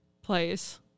place